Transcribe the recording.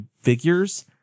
figures